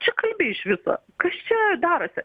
čia kalbi iš viso kas čia darosi